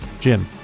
Jim